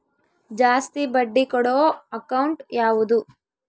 ಜಾಸ್ತಿ ಬಡ್ಡಿ ಕೊಡೋ ಅಕೌಂಟ್ ಯಾವುದು?